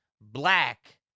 black